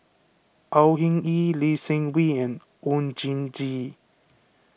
Au Hing Yee Lee Seng Wee and Oon Jin Gee